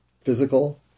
physical